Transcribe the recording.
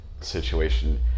situation